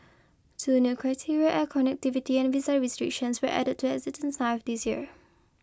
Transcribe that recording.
two new criteria air connectivity and visa restrictions were added to the existing nine this year